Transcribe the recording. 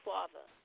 Father